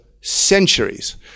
centuries